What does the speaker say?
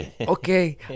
Okay